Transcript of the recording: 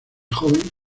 joven